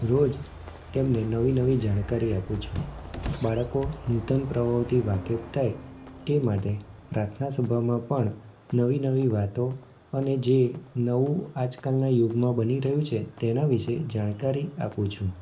રોજ તેમને નવી નવી જાણકારી આપું છું બાળકો નૂતન પ્રવાહોથી વાકેફ થાય તે માટે પ્રાર્થના સભામાં પણ નવી નવી વાતો અને જે નવું આજકાલના યુગમાં બની રહ્યું છે તેના વિશે જાણકારી આપું છું